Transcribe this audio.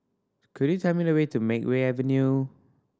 could you tell me the way to Makeway Avenue